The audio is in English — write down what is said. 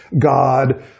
God